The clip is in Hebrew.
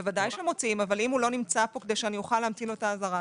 ודאי שמוציאים אבל אם הוא לא נמצא פה כדי שאוכל להמציא לו את האזהרה,